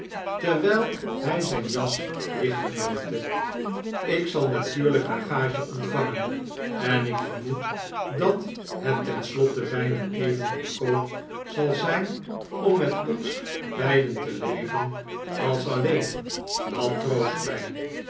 terwijl hij zijn jas dichtknoopte ik zal natuurlijk haar gage ontvangen en ik vermoed dat het tenslotte bijna even goedkoop zal zijn om met ons beiden te leven als alleen dat troost mij